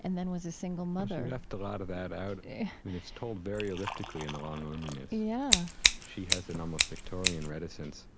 and then was a single mother she left a lot of that out, and it's told very elliptically in the long loneliness yeah she has an almost victorian reticence.